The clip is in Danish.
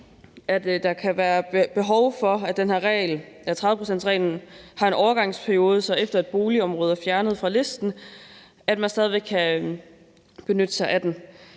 at den her regel, 30-procentsreglen, har en overgangsperiode, så man, efter at et boligområde er fjernet fra listen, stadig væk kan benytte sig af den.